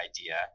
idea